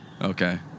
Okay